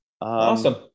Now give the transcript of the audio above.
awesome